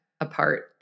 apart